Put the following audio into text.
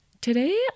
Today